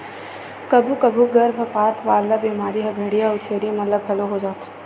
कभू कभू गरभपात वाला बेमारी ह भेंड़िया अउ छेरी मन ल घलो हो जाथे